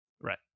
right